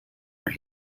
are